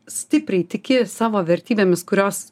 stipriai tiki savo vertybėmis kurios